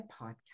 podcast